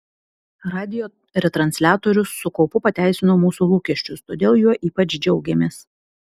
radijo retransliatorius su kaupu pateisino mūsų lūkesčius todėl juo ypač džiaugiamės